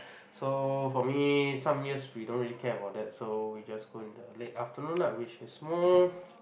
so for me some years we don't really care about that so we just go in the late afternoon lah which is more